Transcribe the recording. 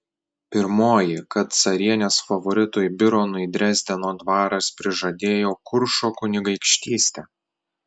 pirmoji kad carienės favoritui bironui dresdeno dvaras prižadėjo kuršo kunigaikštystę